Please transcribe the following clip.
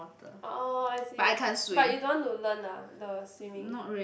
oh I see but you don't want to learn lah the swimming